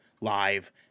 live